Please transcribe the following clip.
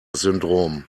syndrome